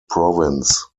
province